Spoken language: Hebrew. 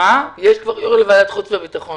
יש כבר יושב ראש לוועדת חוץ וביטחון,